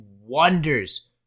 wonders